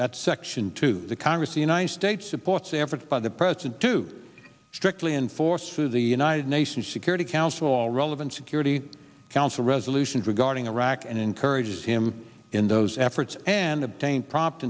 that section two the congress the united states supports efforts by the president to strictly enforce through the united nations security council all relevant security council resolutions regarding iraq and encourage him in those efforts and obtain prompt